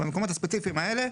במקומות הספציפיים האלה.